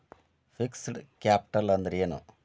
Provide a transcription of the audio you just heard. Fixed capital ಅಂದ್ರೇನು?